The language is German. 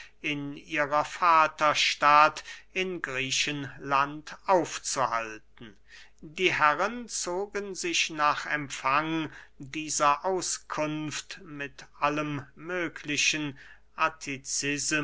in ihrer vaterstadt in griechenland aufzuhalten die herren zogen sich nach empfang dieser auskunft mit allem möglichen